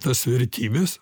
tas vertybes